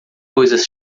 coisas